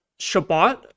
Shabbat